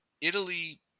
Italy